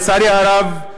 לצערי הרב,